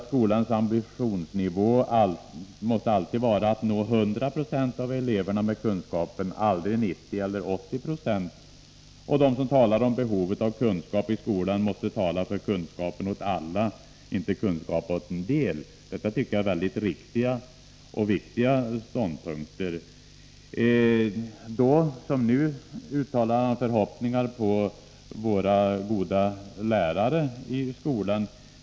Skolans ambitionsnivå måste alltid vara att nå hundra procent av eleverna med kunskapen, aldrig nittio eller åttio procent. De som talar om behovet av kunskap i skolan måste tala för kunskapen åt alla, inte kunskap åt en del.” Det tycker jag är riktiga och viktiga synpunkter. Då som nu uttalade statsrådet sina förhoppningar när det gäller våra lärare i skolan.